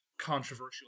controversial